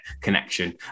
connection